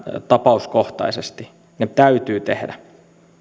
tapauskohtaisesti ne täytyy tehdä